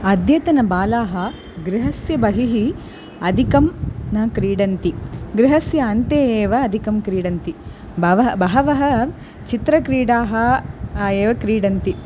अद्यतनबालाः गृहस्य बहिः अधिकं न क्रीडन्ति गृहस्य अन्ते एव अधिकं क्रीडन्ति बव बहवः चित्रक्रीडाः एव क्रीडन्ति